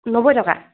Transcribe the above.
নব্বৈ টকা